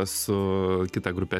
su kita grupe